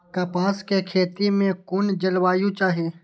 कपास के खेती में कुन जलवायु चाही?